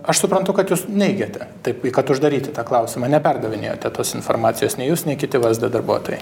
aš suprantu kad jūs neigiate taip kad uždaryti tą klausimą neperdavinėjote tos informacijos nei jūs nei kiti vsd darbuotojai